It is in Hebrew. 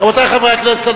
רבותי חברי הכנסת,